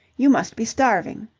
you must be starving.